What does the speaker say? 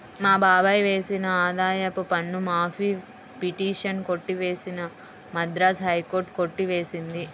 మా బాబాయ్ వేసిన ఆదాయపు పన్ను మాఫీ పిటిషన్ కొట్టివేసిన మద్రాస్ హైకోర్టు కొట్టి వేసింది